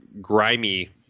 grimy